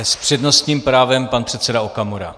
S přednostním právem pan předseda Okamura.